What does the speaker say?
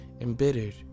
embittered